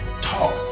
talk